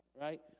right